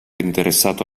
interessato